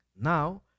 Now